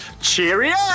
Cheerio